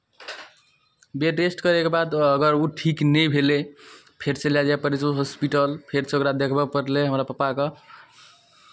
bed rest करैके बाद अगर ओ ठीक नहि भेलै फेरसँ लए जाय पड़ै छै हॉस्पिटल फेरसँ ओकरा देखबय पड़लै हमरा पप्पाके